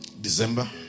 December